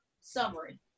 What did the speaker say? summary